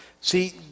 see